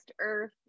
earth